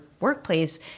workplace